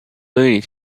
looney